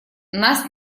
нас